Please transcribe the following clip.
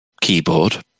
keyboard